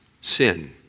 sin